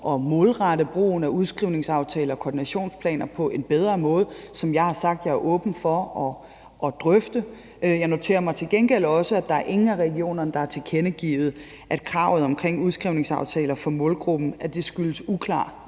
at målrette brugen af udskrivningsaftaler og koordinationsplaner på en bedre måde. Som jeg har sagt, er jeg åben over for at drøfte det. Jeg noterer mig til gengæld også, at der ikke er nogen af regionerne, der har tilkendegivet, at kravet omkring udskrivningsaftaler for målgruppen skyldes uklar